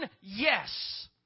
yes